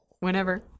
whenever